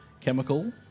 chemical